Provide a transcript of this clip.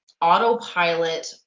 autopilot